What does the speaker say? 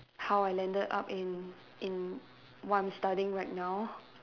how I landed up in in what I'm studying right now